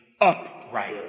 upright